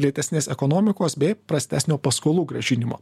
lėtesnės ekonomikos bei prastesnio paskolų grąžinimo